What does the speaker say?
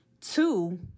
Two